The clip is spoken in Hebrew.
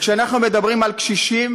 כשאנחנו מדברים על קשישים